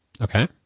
Okay